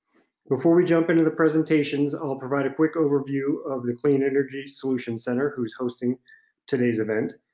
before we jump into the presentations, i'll provide a quick overview of the clean energy solutions center, who's hosting today's event.